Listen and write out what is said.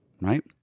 right